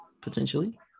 potentially